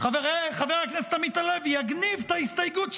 חבר הכנסת עמית הלוי יגניב את ההסתייגות,